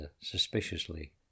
suspiciously